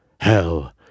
Hell